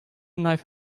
knife